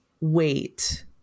wait